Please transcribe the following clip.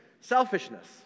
selfishness